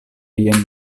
jen